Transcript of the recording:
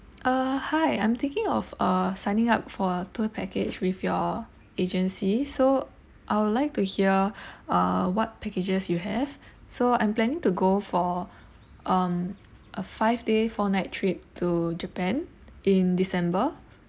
uh hi I'm thinking of uh signing up for a tour package with your agency so I would like to hear uh what packages you have so I'm planning to go for um a five day four night trip to japan in december